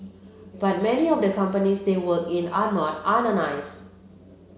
but many of the companies they work in are not unionised